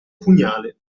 pugnale